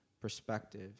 perspective